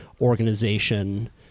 organization